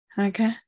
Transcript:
okay